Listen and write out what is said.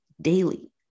daily